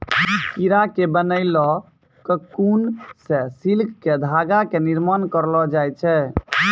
कीड़ा के बनैलो ककून सॅ सिल्क के धागा के निर्माण करलो जाय छै